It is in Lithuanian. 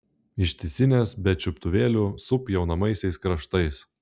ištisinės be čiuptuvėlių su pjaunamaisiais kraštais